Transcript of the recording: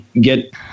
get